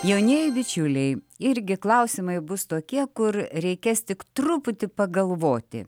jaunieji bičiuliai irgi klausimai bus tokie kur reikės tik truputį pagalvoti